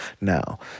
now